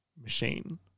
machine